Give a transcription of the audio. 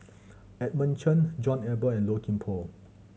Edmund Chen John Eber and Low Kim Pong